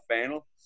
final